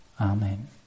Amen